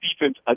defense